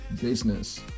business